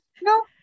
no